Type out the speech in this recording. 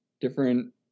different